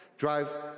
drives